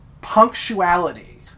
punctuality